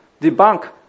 debunk